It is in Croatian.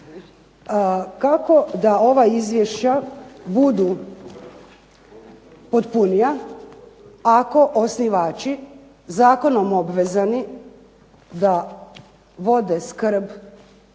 Kako da ova izvješća budu potpunija, ako osnivači zakonom obvezani da vode skrb